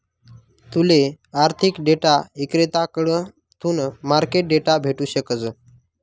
तूले आर्थिक डेटा इक्रेताकडथून मार्केट डेटा भेटू शकस